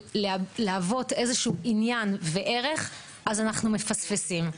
ולהוות איזשהו עניין וערך, אז אנחנו מפספסים.